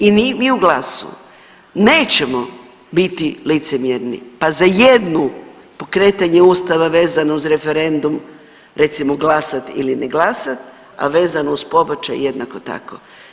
I mi u GLAS-u nećemo biti licemjerni pa za jednu pokretanje Ustava vezano uz referendum recimo glasat ili ne glasat, a vezano uz pobačaj jednako tako.